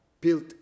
built